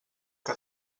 que